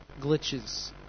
glitches